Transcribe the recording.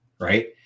right